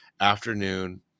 afternoon